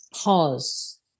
pause